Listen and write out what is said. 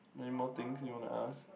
anymore things you want to ask